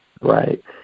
right